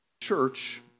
church